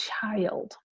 child